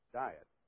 diet